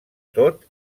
tot